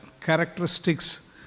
characteristics